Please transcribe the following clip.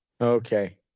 Okay